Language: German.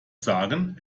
sagen